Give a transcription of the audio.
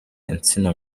insina